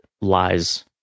lies